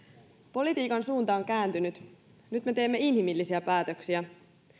politiikan suunta on kääntynyt nyt me teemme inhimillisiä päätöksiä